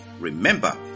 Remember